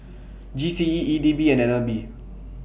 G C E E D B and N L B